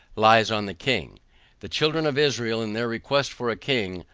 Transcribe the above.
lies on the king the children of israel in their request for a king,